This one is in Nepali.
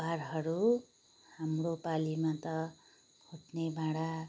उपहारहरू हाम्रो पालीमा त फुट्ने भाँडा